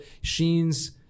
Sheen's